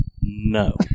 No